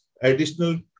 additional